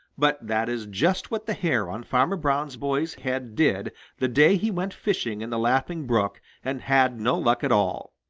but that is just what the hair on farmer brown's boy's head did the day he went fishing in the laughing brook and had no luck at all.